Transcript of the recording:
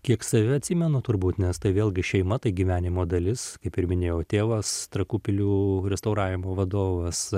kiek save atsimenu turbūt nes tai vėlgi šeima tai gyvenimo dalis kaip ir minėjau tėvas trakų pilių restauravimo vadovas